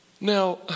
Now